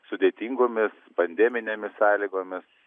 sudėtingomis pandeminėmis sąlygomis